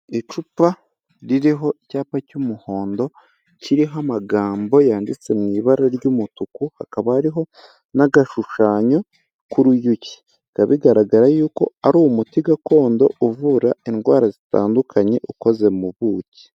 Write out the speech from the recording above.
Icupa ririho icyapa cy'umuhondo kiriho amagambo yanditse mu ibara ry'umutuku hakaba hariho n'agashushanyo k'uruyuki bikaba bigaragara yuko ari umuti gakondo uvura indwara zitandukanye ukoze mu buki.